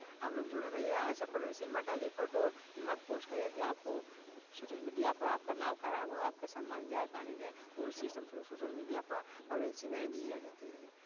आप लोग जुड़े रहिए ऐसा परवेंसी मत डालिए फोटो मत पोस्ट करिए कि आपको सोशल मीडिया पर आपका नाम खराब हो आपका सम्मान जाए पानी जाए वो सोशल मीडिया पर परवेंसी नहीं दी जाती है